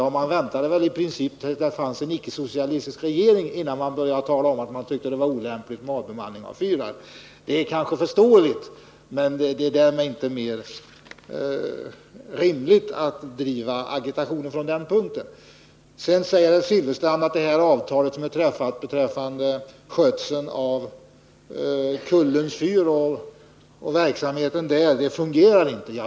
Ja, man väntade väl i princip tills det fanns en icke-socialistisk regering innan man började tala om att man tycker det är olämpligt med en avbemanning av fyrar. Det kanske är förståeligt. Men därmed är det inte mer rimligt att driva agitationen från den utgångspunkten. Herr Silfverstrand säger att avtalet beträffande skötseln av Kullens fyr och verksamheten där inte fungerar.